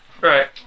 Right